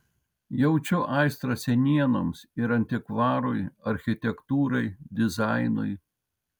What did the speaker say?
jaučiu aistrą senienoms ir antikvarui architektūrai dizainui